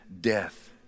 death